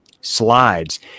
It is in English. slides